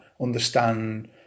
understand